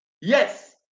Yes